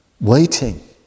waiting